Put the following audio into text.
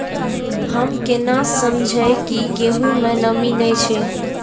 हम केना समझये की गेहूं में नमी ने छे?